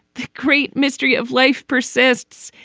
the great mystery of life persists.